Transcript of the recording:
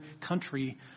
country